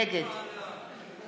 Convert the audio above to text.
נגד